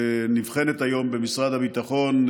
נבחנת היום במשרד הביטחון.